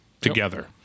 together